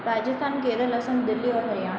राजस्थान केरल असम दिल्ली और हरियाणा